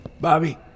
bobby